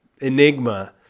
enigma